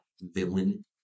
villain